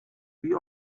wie